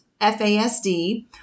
FASD